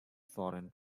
foreign